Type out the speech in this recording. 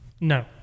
no